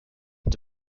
into